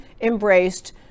embraced